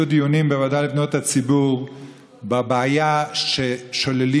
היו דיונים בוועדה לפניות הציבור על הבעיה ששוללים